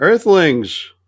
Earthlings